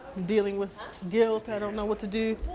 dealing with guilt, and i don't know what to do.